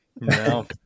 No